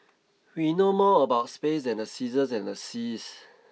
we know more about space than the seasons and the seas